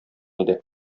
иде